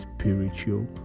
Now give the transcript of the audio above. spiritual